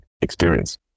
experience